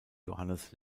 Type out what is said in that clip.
johannes